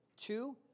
Two